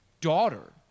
daughter